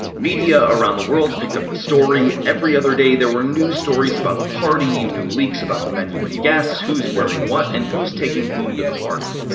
media around the world picked up the story, every other day there were news stories about the party, new leaks about the menu and guest lists who's wearing what and who's taking whom to the party.